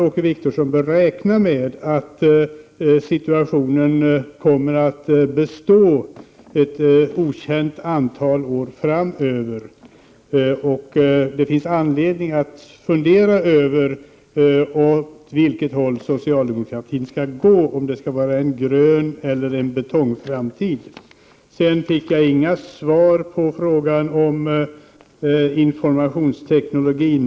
Åke Wictorsson bör räkna med att situationen kommer att bestå ett okänt antal år framöver. Det finns anledning att fundera över åt vilket håll socialdemokraterna skall gå, om det skall vara en grön framtid eller en betongframtid. Jag fick inget svar på frågan om informationsteknologi.